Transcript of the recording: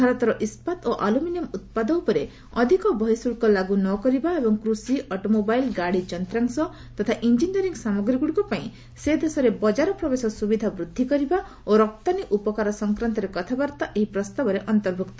ଭାରତର ଇସ୍କାତ ଓ ଆଲ୍ରମିନିୟମ୍ ଉତ୍ପାଦ ଉପରେ ଅଧିକ ବର୍ହିଶ୍ରଳ୍କ ଲାଗ୍ର ନ କରିବା ଏବଂ କୃଷି ଅଟୋମୋବାଇଲ୍ ଗାଡ଼ି ଯନ୍ତ୍ରାଶ ତଥା ଇଞ୍ଜିନିୟରିଂ ସାମଗ୍ରୀଗୁଡ଼ିକ ପାଇଁ ସେ ଦେଶରେ ବଜାର ପ୍ରବେଶ ସୁବିଧା ବୃଦ୍ଧି କରିବା ଓ ରପ୍ତାନୀ ଉପକାର ସଂକ୍ରାନ୍ତରେ କଥାବାର୍ତ୍ତା ଏହି ପ୍ରସ୍ତାବରେ ଅନ୍ତର୍ଭୁକ୍ତ